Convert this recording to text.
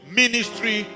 ministry